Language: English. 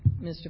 Mr